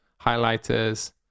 highlighters